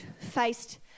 faced